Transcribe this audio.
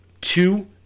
two